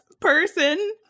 person